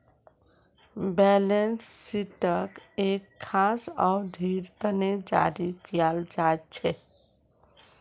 balance शीटक एक खास अवधिर तने जारी कियाल जा छे